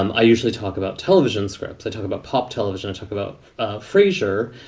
um i usually talk about television scripts. i talk about pop television, talk about frazier,